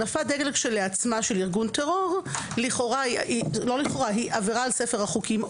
הנפת דגל כשלעצמה של ארגון טרור היא עבירה על ספרים החוקים.